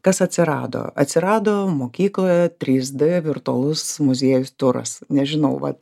kas atsirado atsirado mokykloje trys d virtualus muziejų turas nežinau vat